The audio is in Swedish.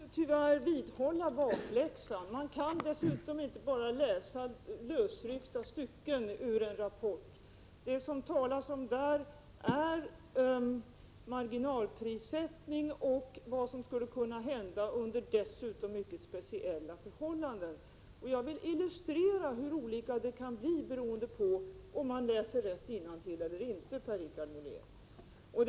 Herr talman! Jag måste tyvärr vidhålla detta med bakläxan. Man kan dessutom inte bara läsa lösryckta stycken ur en rapport. I rapporten handlar det om marginalprissättning och vad som skulle kunna hända under mycket speciella förhållanden. Jag skall illustrera hur olika det kan bli beroende på om man läser rätt innantill eller inte, Per-Richard Molén.